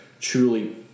truly